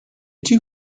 two